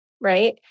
right